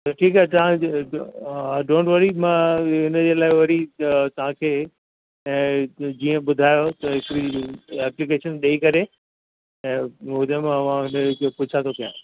त ठीकु आहे तव्हां जो डोंट वरी मां हिन जे लाइ वरी तव्हां खे ऐं जीअं ॿुधायो त हिकिड़ी एप्लीकेशन ॾेई करे ऐं मुदे मां वञी करे पुछा थो कयां